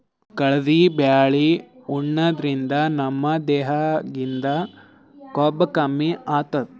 ಕಲ್ದಿ ಬ್ಯಾಳಿ ಉಣಾದ್ರಿನ್ದ ನಮ್ ದೇಹದಾಗಿಂದ್ ಕೊಬ್ಬ ಕಮ್ಮಿ ಆತದ್